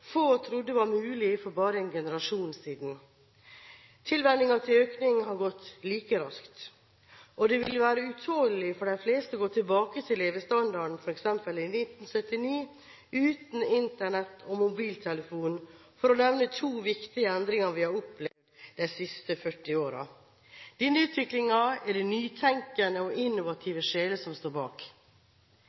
få trodde var mulig for bare en generasjon siden. Tilvenningen til økningen har gått like raskt, og det ville vært utålelig for de fleste å gå tilbake til levestandarden f.eks. i 1979 – uten Internett og mobiltelefon, for å nevne to viktige endringer vi har opplevd de siste 40 årene. Denne utviklingen er det nytenkende og innovative sjeler som står bak.